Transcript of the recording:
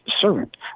servant